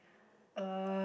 uh